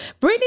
Britney